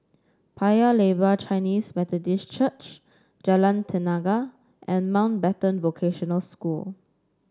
Paya Lebar Chinese Methodist Church Jalan Tenaga and Mountbatten Vocational School